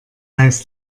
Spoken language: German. heißt